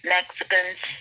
Mexicans